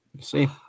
see